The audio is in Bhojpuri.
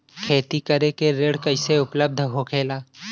खेती करे के ऋण कैसे उपलब्ध होखेला?